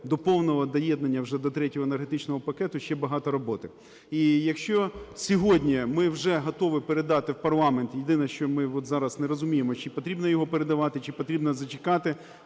до повного доєднання вже до Третього Енергетичного пакету ще багато роботи. І якщо сьогодні ми вже готові передати в парламент, єдине ми зараз не розуміємо, чи потрібно його передавати, чи потрібно зачекати.